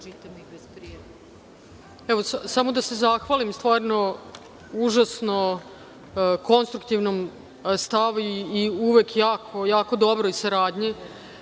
Samo da se zahvalim, stvarno, užasno konstruktivnom stavu i uvek jako, jako dobroj saradnji